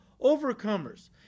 overcomers